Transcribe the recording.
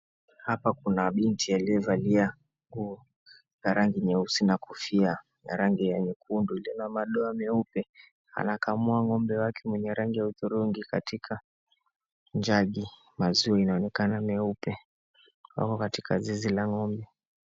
Hapa kuna binti aliyevalia nguo za rangi nyeusi na kofia ya rangi ya nyekundu lina madoa meupe anakamua ng'ombe wake mwenye rangi ya hudhurungi katika jagi. Maziwa inaonekana meupe wako katika zizi la ng'ombe.